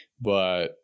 But-